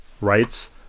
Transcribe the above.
writes